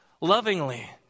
lovingly